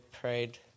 prayed